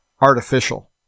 artificial